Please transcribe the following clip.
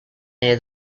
near